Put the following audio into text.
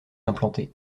implantée